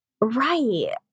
Right